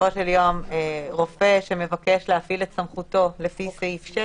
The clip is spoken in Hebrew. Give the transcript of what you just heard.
שבסופו של יום רופא שמבקש להפעיל את סמכותו לפי סעיף 6